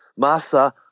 Masa